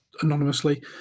anonymously